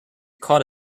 caught